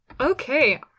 okay